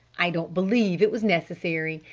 i don't believe it was necessary.